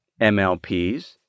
MLPs